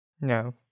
No